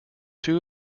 two